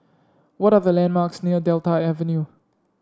what are the landmarks near Delta Avenue